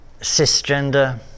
cisgender